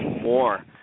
more